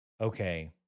okay